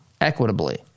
equitably